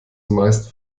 meistens